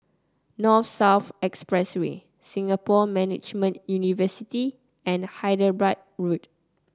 North South Expressway Singapore Management University and Hyderabad Road